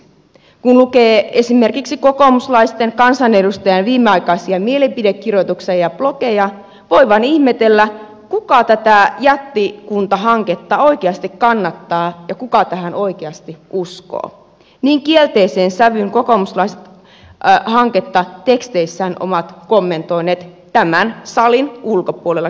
kun lukee esimerkiksi kokoomuslaisten kansanedustajien viimeaikaisia mielipidekirjoituksia ja blogeja voi vain ihmetellä kuka tätä jättikuntahanketta oikeasti kannattaa ja kuka tähän oikeasti uskoo niin kielteiseen sävyyn kokoomuslaiset hanketta teksteissään ovat kommentoineet tämän salin ulkopuolella kylläkin